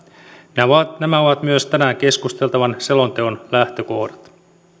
nämä ovat nämä ovat myös tänään keskusteltavan selonteon lähtökohdat